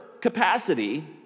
capacity